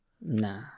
Nah